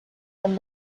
and